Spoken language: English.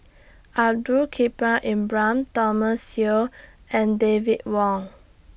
Abdul Thomas Yeo and David Wong